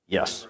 Yes